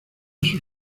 sus